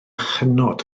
hynod